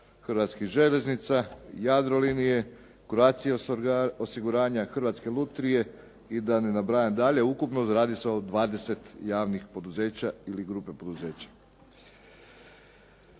Hrvatskih željeznica, Jadrolinije, Croatia osiguranja, Hrvatske lutrije i da ne nabrajam dalje. Ukupno, radi se o 20 javnih poduzeća ili grupe poduzeća.